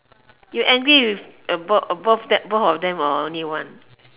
you angry with both both of them or only one